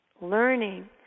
Learning